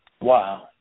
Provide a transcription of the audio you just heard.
Wow